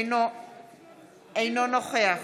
אינו נוכח